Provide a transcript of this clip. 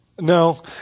no